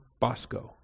bosco